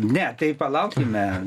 ne tai palaukime